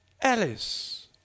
Alice